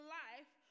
life